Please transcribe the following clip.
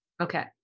Okay